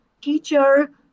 teacher